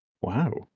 Wow